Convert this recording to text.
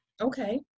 Okay